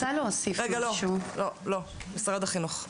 משרד החינוך,